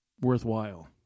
worthwhile